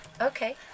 Okay